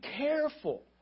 careful